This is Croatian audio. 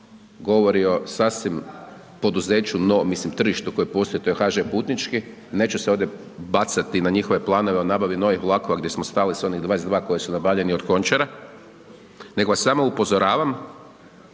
govori o sasvim poduzeću, no mislim tržištu koje postoji, to je HŽ putnički, neću se ovdje bacati na njihove planove o nabavi novih vlakova gdje smo stali s onih 22 koji su nabavljeni od Končara, nego vas samo upozoravam